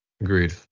agreed